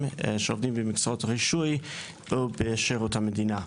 שעובדים במקצועות רישוי בשירות המדינה.